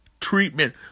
Treatment